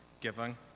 giving